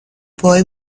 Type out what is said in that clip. boy